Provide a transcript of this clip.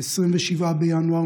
27 בינואר,